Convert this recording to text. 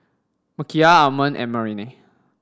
Michial Almond and Marianne